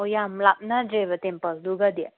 ꯑꯣ ꯌꯥꯝ ꯂꯥꯞꯅꯗ꯭ꯔꯦꯕ ꯇꯦꯝꯄꯜꯗꯨꯒꯗꯤ